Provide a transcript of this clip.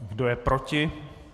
Kdo je proti?